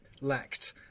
lacked